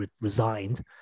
resigned